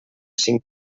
cinc